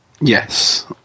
Yes